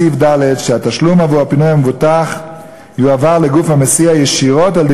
בסעיף קטן (ד) התשלום עבור פינוי המבוטח יועבר לגוף המסיע ישירות על-ידי